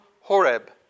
Horeb